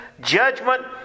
judgment